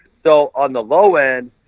so on the low end,